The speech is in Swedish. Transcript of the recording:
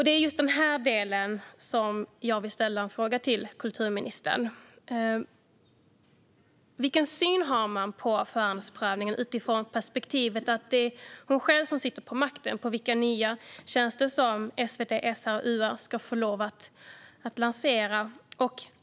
Det är just den här delen som jag vill ställa en fråga till kulturministern om: Vilken syn har hon på förhandsprövningen utifrån perspektivet att det är hon själv som sitter på makten över vilka nya tjänster som SVT, SR och UR ska få lov att lansera?